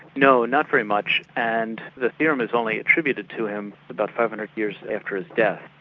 no, not very much, and the theorem is only attributed to him about five hundred years after his death.